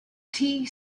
tea